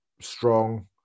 strong